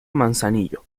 manzanillo